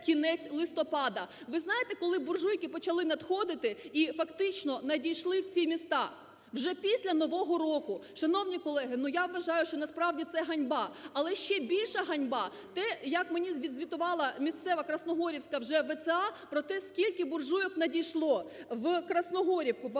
Ви знаєте, коли буржуйки почали надходити і фактично надійшли в ці міста? Вже після Нового року. Шановні колеги, я вважаю, що насправді це ганьба. Але ще більша ганьба – те, як мені відзвітувала місцева Красногорівська вже ВЦА, про те, скільки буржуйок надійшло в Красногорівку,